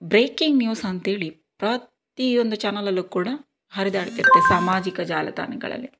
breaking news ಅಂತೇಳಿ ಪ್ರತಿಯೊಂದು ಚಾನಲಲ್ಲೂ ಕೂಡ ಹರಿದಾಡ್ತಿರತ್ತೆ ಸಾಮಾಜಿಕ ಜಾಲತಾಣಗಳಲ್ಲಿ